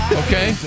okay